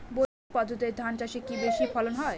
বৈজ্ঞানিক পদ্ধতিতে ধান চাষে কি বেশী ফলন হয়?